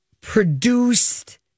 produced